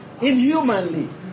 inhumanly